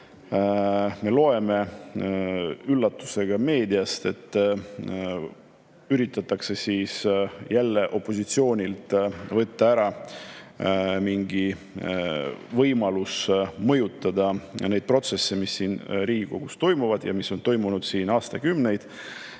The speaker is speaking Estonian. me loeme üllatusega meediast, et üritatakse jälle opositsioonilt võtta ära mingigi võimalus mõjutada neid protsesse, mis siin Riigikogus toimuvad ja mis on toimunud siin aastakümneid,